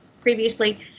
previously